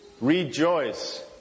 Rejoice